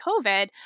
COVID